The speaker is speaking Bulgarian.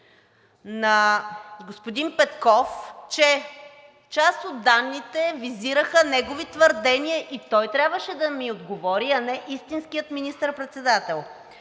на господин Петков, че част от данните визираха негови твърдения и той трябваше да ми отговори, а не истинският министър-председател.